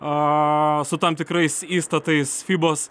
a su tam tikrais įstatais fibos